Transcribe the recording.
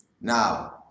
Now